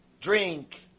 drink